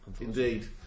indeed